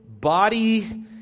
body